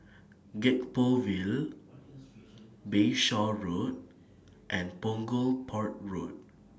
Gek Poh Ville Bayshore Road and Punggol Port Road